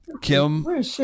Kim